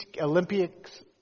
Olympics